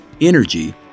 energy